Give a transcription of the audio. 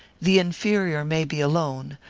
the inferior may be alone,